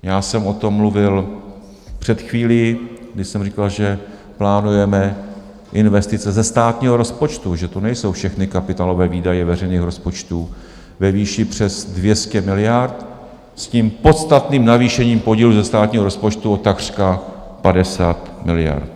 Já jsem o tom mluvil před chvílí, když jsem říkal, že plánujeme investice ze státního rozpočtu, že to nejsou všechny kapitálové výdaje veřejných rozpočtů ve výši přes 200 miliard s tím podstatným navýšením podílu ze státního rozpočtu o takřka 50 miliard.